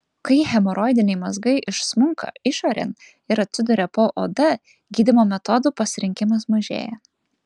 kai hemoroidiniai mazgai išsmunka išorėn ir atsiduria po oda gydymo metodų pasirinkimas mažėja